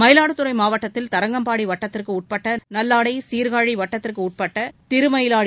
மயிலாடுதுரை மாவட்டத்தில் தரங்கம்பாடி வட்டத்திற்குட்பட்ட நல்லாடை சீர்காழி வட்டத்திற்குட்பட்ட திருமயிலாடி